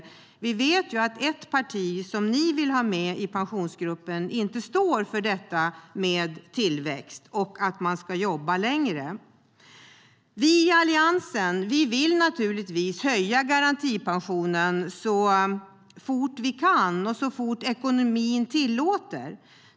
Men vi vet att ett parti som Socialdemokraterna vill ha med i Pensionsgruppen inte står för det när det gäller tillväxt och att man ska jobba längre. Vi i Alliansen vill höja garantipensionen så fort vi kan och så fort ekonomin tillåter.